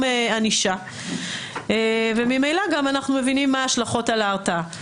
ענישה וממילא גם אנחנו מבינים מה ההשלכות על ההרתעה.